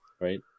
right